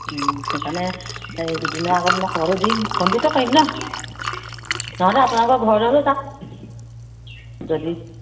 সেইকাৰণে এই দুদিনৰ আগত মই খবৰটো দিম ফোনটোকে কৰিম ন নহ'লে আপোনালোকৰ ঘৰলৈ হ'লেও যাম যদি